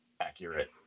accurate